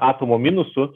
atomo minusų